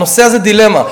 הנושא הזה הוא דילמה.